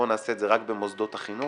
בוא נעשה את זה רק במוסדות החינוך,